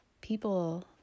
people